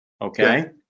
Okay